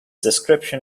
description